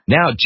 Now